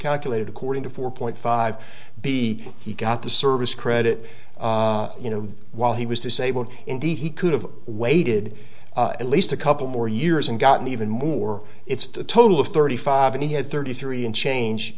calculated according to four point five b he got the service credit you know while he was disabled indeed he could have waited at least a couple more years and gotten even more it's a total of thirty five and he had thirty three in change